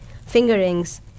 fingerings